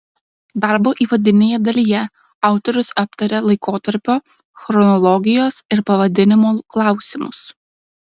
darbo įvadinėje dalyje autorius aptaria laikotarpio chronologijos ir pavadinimo klausimus